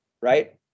right